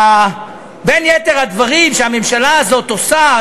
בין יתר הדברים שהממשלה הזאת עושה,